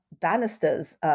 Bannisters